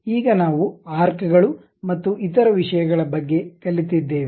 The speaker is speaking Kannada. ಈಗ ನಾವು ಆರ್ಕ್ಗಳು ಮತ್ತು ಇತರ ವಿಷಯಗಳ ಬಗ್ಗೆ ಕಲಿತಿದ್ದೇವೆ